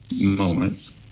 moment